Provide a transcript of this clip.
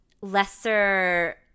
lesser